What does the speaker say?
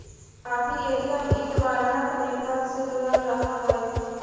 काफी ATM interbank network से जुड़ल रहऽ हई